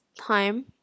time